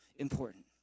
important